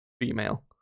female